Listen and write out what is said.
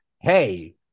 hey